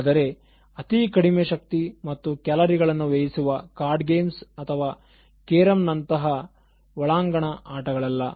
ಆದರೆ ಅತಿ ಕಡಿಮೆ ಶಕ್ತಿ ಮತ್ತು ಕ್ಯಾಲರಿಗಳನ್ನು ವ್ಯಯಿಸುವ ಕಾರ್ಡ್ ಗೇಮ್ಸ್ ಅಥವಾ ಕೇರಂ ನಂತಹ ಒಳಾಂಗಣ ಆಟಗಳಲ್ಲ